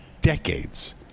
decades